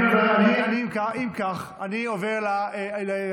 אם כך, אני עובר להסתייגויות.